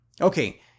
Okay